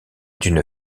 d’une